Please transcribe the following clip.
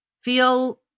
feel